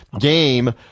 game